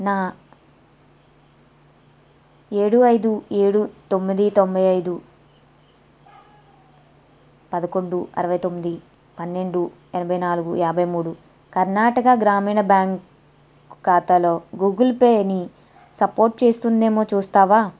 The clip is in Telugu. నా ఏడు ఐదు ఏడు తొమ్మిది తొంభైఐదు పదకొండు అరవైతొమ్మిది పన్నెండు ఎనభైనాలుగు యాభైమూడు కర్ణాటక గ్రామీణ బ్యాంక్ ఖాతాలో గూగుల్ పేని సపోర్టు చేస్తుందేమో చూస్తావా